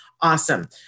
Awesome